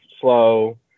slow